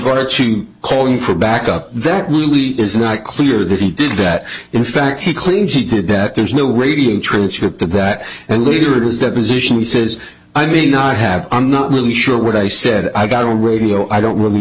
regard ching calling for backup that really is not clear that he did that in fact he claims he did that there's no radio transcript of that and later it is that position he says i mean i have i'm not really sure what i said i got on radio i don't really